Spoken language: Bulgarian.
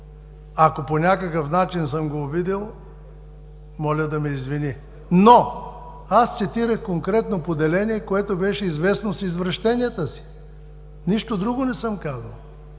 Ако по някакъв начин съм го обидил – моля да ме извини, но аз цитирах конкретно поделение, което беше известно с извращенията си. Нищо друго не съм казал.